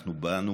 אנחנו באנו